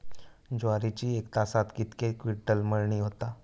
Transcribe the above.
ज्वारीची एका तासात कितके क्विंटल मळणी होता?